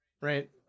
Right